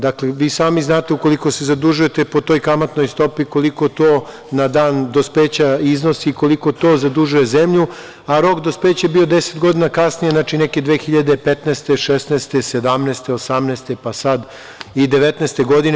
Dakle, vi sami znate ukoliko se zadužujete po toj kamatnoj stopi, koliko to na dan dospeća iznosi i koliko to zadužuje zemlju, a rok dospeća je bio 10 godina kasnije, dakle neke 2015, 2016, 2017, 2018. pa sad i 2019. godine.